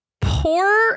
Poor